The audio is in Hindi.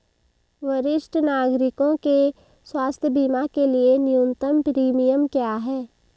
वरिष्ठ नागरिकों के स्वास्थ्य बीमा के लिए न्यूनतम प्रीमियम क्या है?